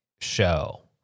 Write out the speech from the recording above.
show